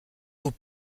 vos